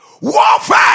Warfare